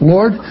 Lord